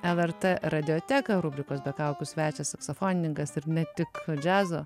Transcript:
lrt radioteką rubrikos be kaukių svečias saksofonininkas ir ne tik džiazo